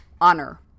honor